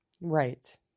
Right